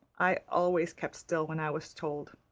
i always kept still when i was told,